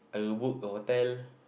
I will book a hotel